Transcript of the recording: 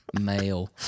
Male